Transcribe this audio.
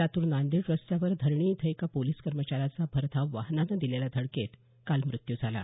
लातूर नांदेड रस्त्यावर घरणी इथं एका पोलीस कर्मचाऱ्याचा भरधाव वाहनानं दिलेल्या धडकेत काल मृत्यू झाला